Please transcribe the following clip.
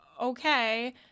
okay